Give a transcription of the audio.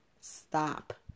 stop